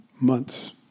months